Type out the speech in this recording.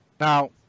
Now